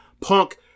Punk